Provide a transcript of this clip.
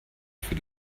für